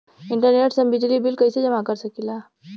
Internet से हम बिजली बिल कइसे जमा कर सकी ला?